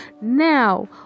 now